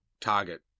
target